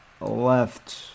left